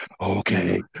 Okay